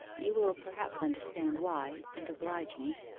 you will perhaps understand why, and oblige me